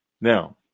now